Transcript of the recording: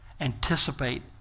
anticipate